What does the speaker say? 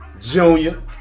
Junior